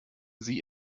sie